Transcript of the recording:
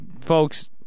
folks